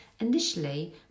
initially